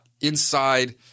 inside